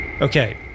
Okay